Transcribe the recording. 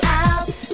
out